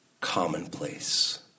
commonplace